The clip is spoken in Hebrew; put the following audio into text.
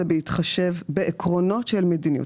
זה בהתחשב בעקרונות של מדיניות.